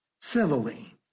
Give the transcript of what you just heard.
civilly